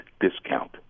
discount